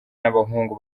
n’abahungu